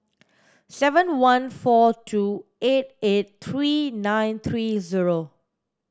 seven one four two eight eight three nine three zero